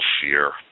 fear